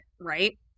right